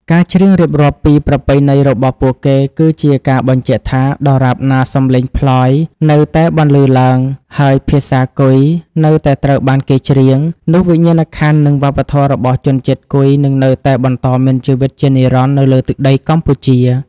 ការច្រៀងរៀបរាប់ពីប្រពៃណីរបស់ពួកគេ គឺជាការបញ្ជាក់ថា ដរាបណាសម្លេងផ្លយនៅតែបន្លឺឡើង ហើយភាសាគុយនៅតែត្រូវបានគេច្រៀង នោះវិញ្ញាណក្ខន្ធ និងវប្បធម៌របស់ជនជាតិគុយនឹងនៅតែបន្តមានជីវិតជានិរន្តរ៍នៅលើទឹកដីកម្ពុជា។